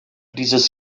dieses